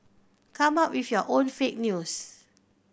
come up with your own fake news